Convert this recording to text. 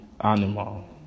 animal